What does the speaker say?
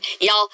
Y'all